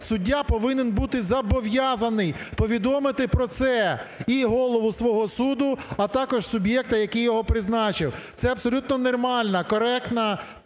суддя повинен бути зобов'язаний повідомити про це і голову свого суду, а також суб'єкта, який його призначив. Це абсолютно нормальна, коректна, прозора